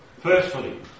firstly